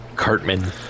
Cartman